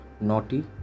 naughty